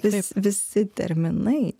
vis visi terminai